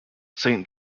saint